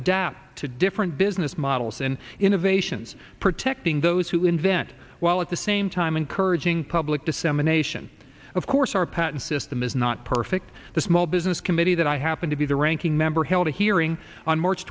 adapt to different business models and innovations protecting those who invent while at the same time encouraging public dissemination of course our patent system is not perfect the small business committee that i happen to be the ranking member held a hearing on march